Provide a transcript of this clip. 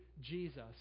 Jesus